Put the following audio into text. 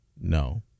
No